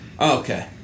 okay